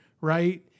right